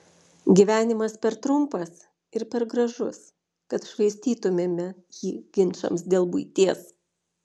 gyvenimas per trumpas ir per gražus kad švaistytumėme jį ginčams dėl buities